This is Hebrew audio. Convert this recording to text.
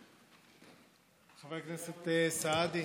חבר הכנסת סעדי,